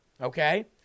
Okay